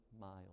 miles